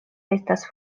estas